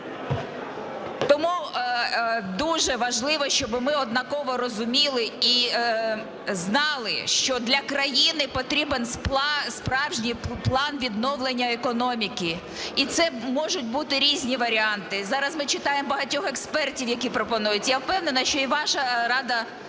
Тому дуже важливо, щоб ми однаково розуміли і знали, що для країни потрібен справжній план відновлення економіки. І це можуть бути різні варіанти. Зараз ми читаємо багатьох експертів, які пропонують. Я впевнена, що і ваша